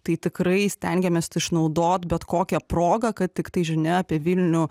tai tikrai stengiamės išnaudot bet kokią progą kad tiktai žinia apie vilnių